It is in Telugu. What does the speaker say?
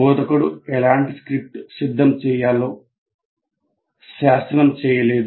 బోధకుడు ఎలాంటి స్క్రిప్ట్ సిద్ధం చేయాలో శాసనం చేయలేదు